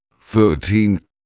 thirteen